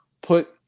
Put